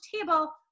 table